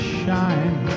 shine